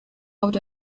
out